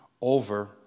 Over